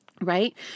right